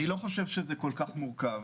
אני לא חושב שזה כל כך מורכב,